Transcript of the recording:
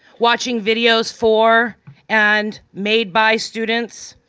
watching videos for and made by students,